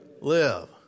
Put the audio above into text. live